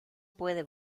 puede